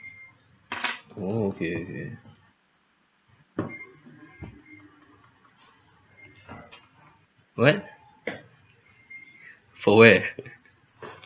oh okay okay what for where